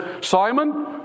Simon